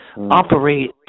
operate